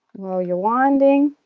while you're winding